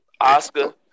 oscar